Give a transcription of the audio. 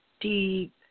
deep